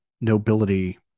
nobility